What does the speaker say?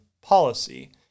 policy